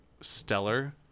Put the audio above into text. stellar